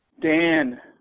Dan